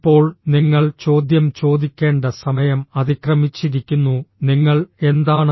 ഇപ്പോൾ നിങ്ങൾ ചോദ്യം ചോദിക്കേണ്ട സമയം അതിക്രമിച്ചിരിക്കുന്നു നിങ്ങൾ എന്താണ്